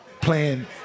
playing